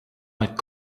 might